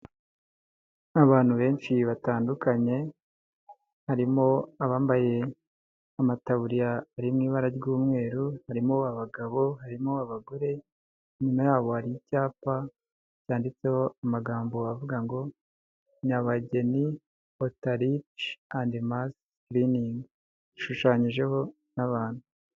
Abantu benshi batandukanye. Harimo abambaye amataburiya ari mu ibara ry'umweru harimo abagabo ,harimo abagore, inyuma ya hari icyapa cyanditseho amagambo avuga ngo nyabageni otarishi andi mani sikiriningi yashushanyijeho n'abantu.